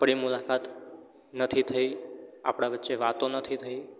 આપણી મુલાકાત નથી થઇ આપણા વચ્ચે વાતો નથી થઈ